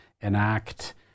enact